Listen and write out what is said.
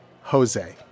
Jose